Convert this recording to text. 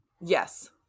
Yes